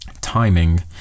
Timing